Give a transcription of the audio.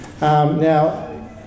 Now